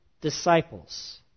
disciples